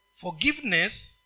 Forgiveness